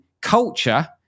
culture